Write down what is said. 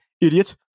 idiot